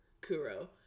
Kuro